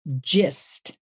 GIST